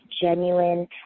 genuine